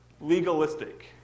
legalistic